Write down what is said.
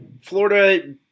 Florida